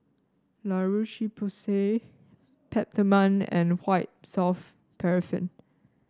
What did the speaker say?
La Roche Porsay Peptamen and White Soft Paraffin